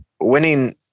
winning